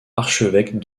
archevêque